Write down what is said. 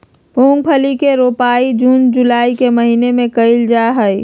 मूंगफली के रोपाई जून जुलाई के महीना में कइल जाहई